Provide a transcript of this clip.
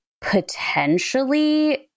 potentially